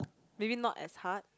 maybe not as hard